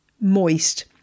moist